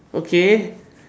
okay